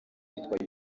yitwa